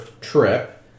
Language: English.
trip